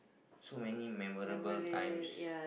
so many memorable times